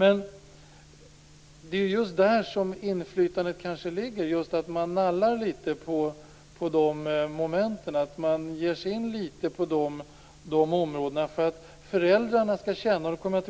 Men det är ju just i fråga om detta som inflytandet kanske ligger, nämligen att man "nallar" litet på dessa moment, att man litet grand ger sig in på dessa områden för att föräldrarna skall känna att de har